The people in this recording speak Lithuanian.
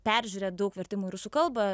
peržiūrėt daug vertimų į rusų kalbą